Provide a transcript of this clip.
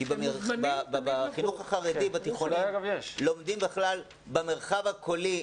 כי בחינוך החרדי בתיכונים לומדים בכלל במרחב הקולי,